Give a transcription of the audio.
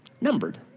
Numbered